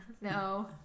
no